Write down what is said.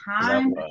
time